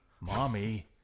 Mommy